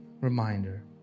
reminder